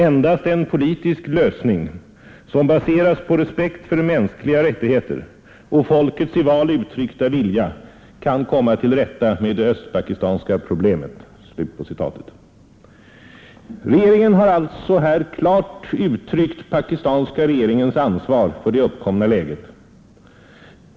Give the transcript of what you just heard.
Endast en politisk lösning som baseras på respekt för mänskliga rättigheter och folkets i val uttryckta vilja kan komma till rätta med det östpakistanska problemet.” Regeringen har alltså här klart uttryckt pakistanska regeringens ansvar för det uppkomna läget.